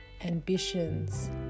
ambitions